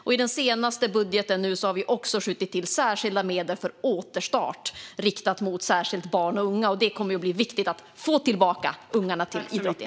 I den senaste budgeten har vi också skjutit till medel för återstart särskilt riktade mot barn och unga. Det kommer att vara viktigt att få tillbaka ungarna till idrotten.